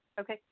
Okay